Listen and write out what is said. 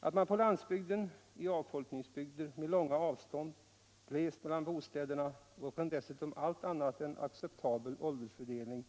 Att man på landsbygden, i avfolkningsbygder med långa avstånd, glest mellan bostäderna och dessutom allt annat än acceptabel åldersfördelning,